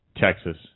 Texas